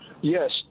Yes